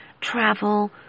travel